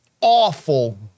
awful